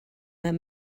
their